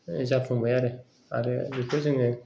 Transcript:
जाफुंबाय आरो आरो बेखौ जोङो